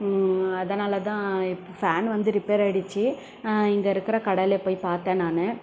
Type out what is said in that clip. அதனால் தான் ஃபேன் வந்து ரிப்பேராயிடுச்சு இங்கே இருக்கிற கடையில் போயி பார்த்தேன் நான்